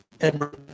Edward